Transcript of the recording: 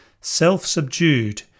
self-subdued